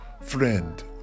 friend